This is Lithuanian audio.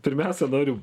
pirmiausia noriu